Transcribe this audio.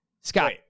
Scott